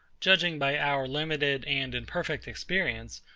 judging by our limited and imperfect experience,